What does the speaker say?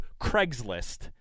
Craigslist